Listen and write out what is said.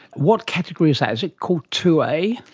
what category is that? is it called two a?